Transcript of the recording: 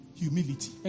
humility